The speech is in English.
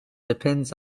depends